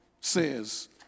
says